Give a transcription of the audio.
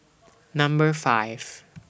Number five